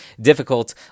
difficult